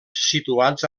situats